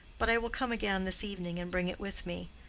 but i will come again this evening and bring it with me.